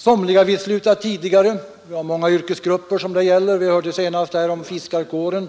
Somliga vill sluta tidigare. Det gäller många yrkesgrupper. Vi hörde senast om fiskarkåren.